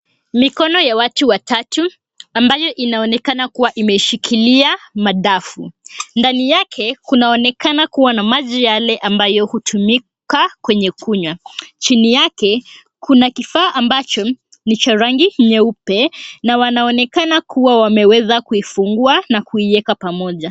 Mikono ya watu watatu ambayo inaonekana kuwa imeshikilia madafu ndani yake kunaonekana kuwa na maji yale ambayo hutumika kwenye kunywa. Chini yake kuna kifaa ambacho ni cha rangi nyeupe, na wanaonekana kuwa wameweza kuifungua na kuiweka pamoja.